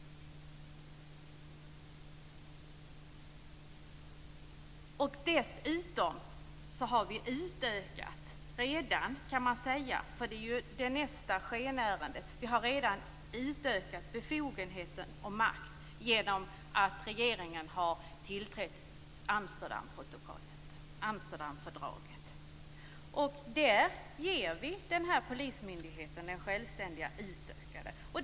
Dessutom har vi, kan man säga, redan utökat - det är ju nästa skenärende - befogenheter och makt genom att regeringen har tillträtt Amsterdamfördraget. Där ger vi den här självständiga polismyndigheten utökade befogenheter.